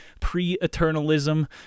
pre-eternalism